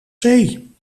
zee